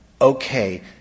okay